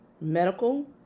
medical